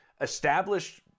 established